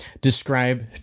describe